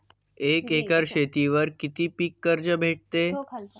एक एकर शेतीवर किती पीक कर्ज भेटते?